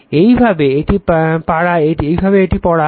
এইভাবে এটি পড়া হয়